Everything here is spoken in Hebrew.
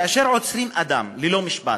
כאשר עוצרים אדם ללא משפט,